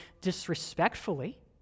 disrespectfully